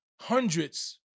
hundreds